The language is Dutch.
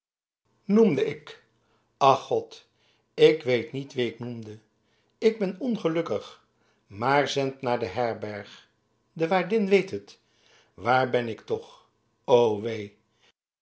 noemde ik ach god ik weet niet wien ik noemde ik ben ongelukkig maar zend naar de herberg de waardin weet het waar ben ik toch o wee